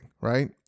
right